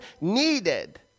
needed